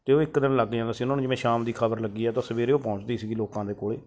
ਅਤੇ ਉਹ ਇੱਕ ਦਿਨ ਲੱਗ ਜਾਂਦਾ ਸੀ ਉਹਨਾਂ ਨੂੰ ਜਿਵੇਂ ਸ਼ਾਮ ਦੀ ਖਖ਼ਰ ਲੱਗੀ ਹੈ ਤਾਂ ਸਵੇਰੇ ਉਹ ਪਹੁੰਚਦੀ ਸੀਗੀ ਲੋਕਾਂ ਦੇ ਕੋਲ